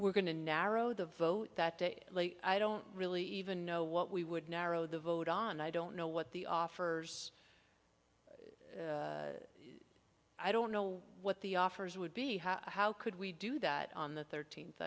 we're going to narrow the vote that day i don't really even know what we would narrow the vote on i don't know what the offers i don't know what the offers would be how could we do that on the thirteenth